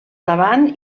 davant